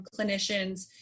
clinicians